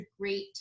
great